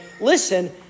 listen